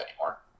anymore